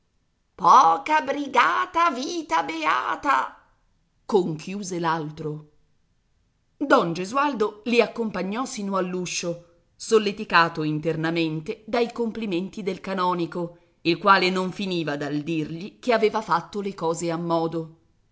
poca brigata vita beata conchiuse l'altro don gesualdo li accompagnò sino all'uscio solleticato internamente dai complimenti del canonico il quale non finiva dal dirgli che aveva fatto le cose ammodo